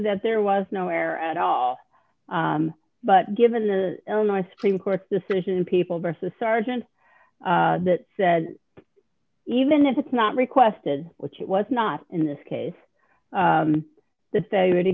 that there was no air at all but given the illinois supreme court's decision people versus sergeant that said even if it's not requested which it was not in this case the failure to